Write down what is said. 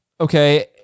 Okay